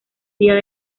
días